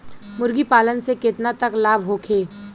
मुर्गी पालन से केतना तक लाभ होखे?